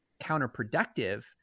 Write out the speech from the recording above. counterproductive